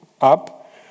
up